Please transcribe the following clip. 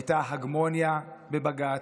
הייתה הגמוניה בבג"ץ,